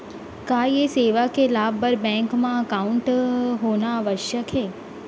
का ये सेवा के लाभ बर बैंक मा एकाउंट होना आवश्यक हे